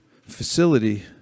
facility